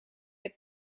het